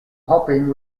hopping